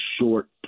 short